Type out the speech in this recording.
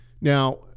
Now